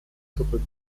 zurück